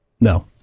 No